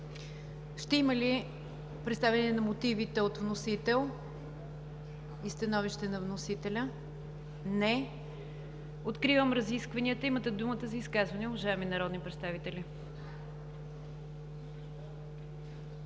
Ще има ли представяне на мотивите от вносител и становище на вносителя? Не. Откривам разискванията. Имате думата за изказвания, уважаеми народни представители.